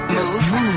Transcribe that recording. Move